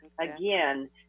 Again